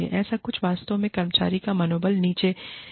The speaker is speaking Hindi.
ऐसा कुछ वास्तव में एक कर्मचारी का मनोबल नीचे खींच सकता है